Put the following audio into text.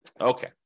Okay